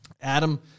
adam